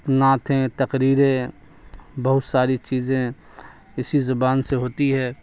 نعتیں تقریریں بہت ساری چیزیں اسی زبان سے ہوتی ہے